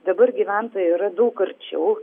dabar gyventojai yra daug arčiau